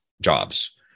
jobs